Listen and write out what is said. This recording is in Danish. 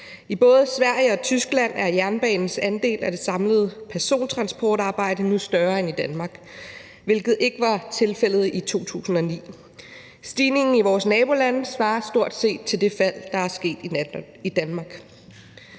I både Sverige og Tyskland er jernbanens andel af det samlede persontransportarbejde nu større end i Danmark, hvilket ikke var tilfældet i 2009. Stigningen i vores nabolande svarer stort set til det fald, der er sket i Danmark.